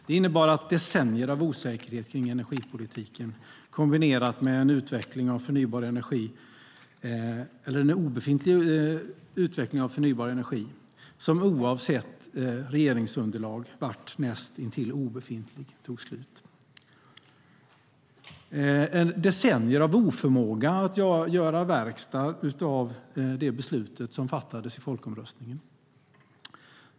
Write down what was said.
Det innebar att decennier av osäkerhet kring energipolitiken kombinerat med att en utveckling av förnybar energi som oavsett regeringsunderlag varit näst intill obefintlig tog slut, decennier av oförmåga att göra verkstad av det beslut som fattades i folkomröstningen.